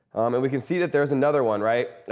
and we can see that there's another one, right?